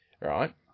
right